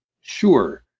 sure